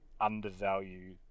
undervalue